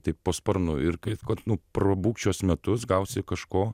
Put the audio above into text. taip po sparnu ir kaip kad nu prabūk šiuos metus gausi kažko